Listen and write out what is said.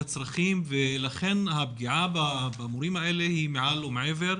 דברים ולכן הפגיעה במורים האלה היא מעל ומעבר,